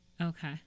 Okay